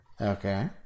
Okay